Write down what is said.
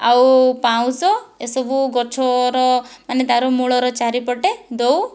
ଆଉ ପାଉଁଶ ଏସବୁ ଗଛର ମାନେ ତା'ର ମୂଳର ଚାରିପଟେ ଦେଉ